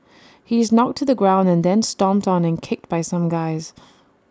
he is knocked to the ground and then stomped on and kicked by some guys